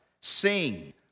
Sing